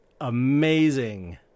amazing